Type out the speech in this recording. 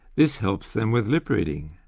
this helps them with lipreading.